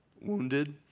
wounded